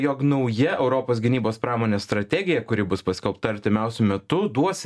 jog nauja europos gynybos pramonės strategija kuri bus paskelbta artimiausiu metu duos